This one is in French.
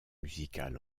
musical